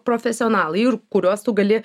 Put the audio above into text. profesionalai ir kuriuos tu gali